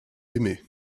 aimé